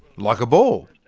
like a ball.